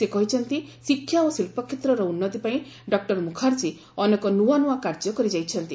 ସେ କହିଛନ୍ତି ଶିକ୍ଷା ଓ ଶିଳ୍ପ କ୍ଷେତ୍ରର ଉନ୍ନତି ପାଇଁ ଡକ୍କର ମୁଖାର୍ଜୀ ଅନେକ ନୂଆ ନୂଆ କାର୍ଯ୍ୟ କରି ଯାଇଛନ୍ତି